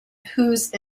whose